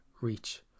reach